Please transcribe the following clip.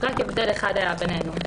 רק הבדל אחד היה בינינו,